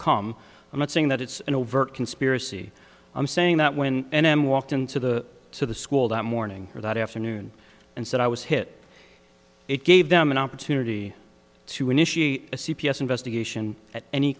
come i'm not saying that it's an overt conspiracy i'm saying that when n m walked into the to the school that morning or that afternoon and said i was hit it gave them an opportunity to initiate a c p s investigation a